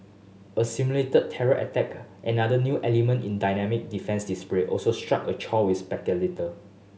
a simulated terror attack another new element in dynamic defence display also struck a chord with spectator